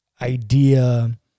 idea